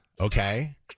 okay